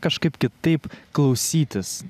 kažkaip kitaip klausytis